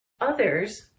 Others